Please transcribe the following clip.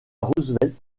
roosevelt